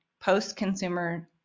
post-consumer